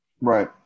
Right